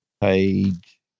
page